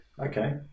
Okay